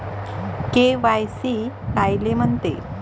KYC कायले म्हनते?